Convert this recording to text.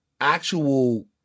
actual